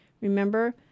Remember